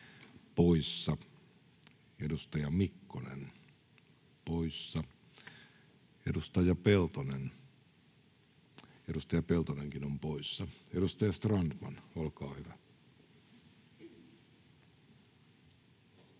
poissa, edustaja Kosonen poissa, edustaja Mikkonen poissa, edustaja Peltonenkin on poissa. — Edustaja Strandman, olkaa hyvä. Arvoisa